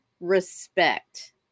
Respect